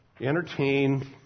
entertain